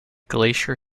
glacier